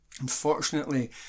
Unfortunately